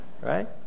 right